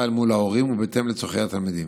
אל מול ההורים ובהתאם לצורכי התלמידים.